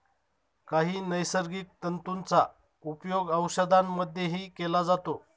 काही नैसर्गिक तंतूंचा उपयोग औषधांमध्येही केला जातो